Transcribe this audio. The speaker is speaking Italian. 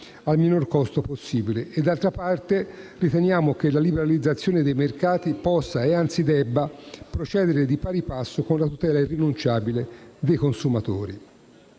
al minor costo possibile. D'altra parte, riteniamo che la liberalizzazione dei mercati possa, anzi debba procedere di pari passo con la tutela irrinunciabile dei consumatori.